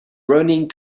running